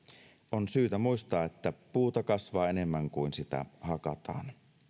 on syytä muistaa että puuta kasvaa enemmän kuin sitä hakataan